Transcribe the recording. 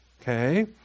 Okay